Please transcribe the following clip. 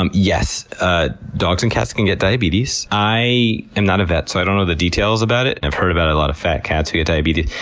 um yes, ah dogs and cats can get diabetes. i am not a vet so i don't know the details about it. i've heard about a lot of fat cats who get diabetes.